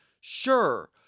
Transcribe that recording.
Sure